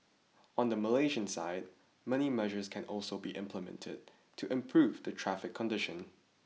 on the Malaysian side many measures can also be implemented to improve the traffic condition